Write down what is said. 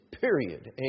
period